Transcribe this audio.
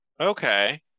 Okay